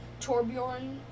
Torbjorn